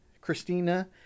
Christina